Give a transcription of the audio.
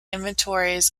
inventories